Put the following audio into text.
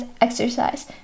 exercise